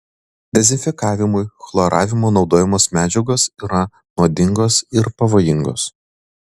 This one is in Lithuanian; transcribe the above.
dezinfekavimui chloravimu naudojamos medžiagos yra nuodingos ir pavojingos